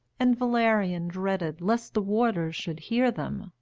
and valerian dreaded lest the warders should hear them,